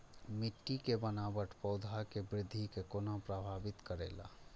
मिट्टी के बनावट पौधा के वृद्धि के कोना प्रभावित करेला?